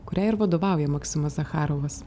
kuriai ir vadovauja maksimas zacharovas